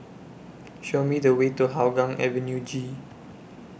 Show Me The Way to Hougang Avenue G